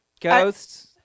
Ghosts